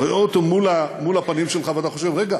אתה רואה אותו מול הפנים שלך ואתה חושב: רגע,